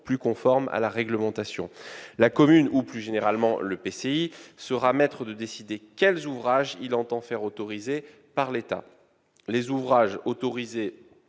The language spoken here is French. plus conformes à la réglementation. La commune, ou plus généralement l'EPCI, sera maître de décider quels ouvrages il entend faire autoriser par l'État. Les ouvrages autorisés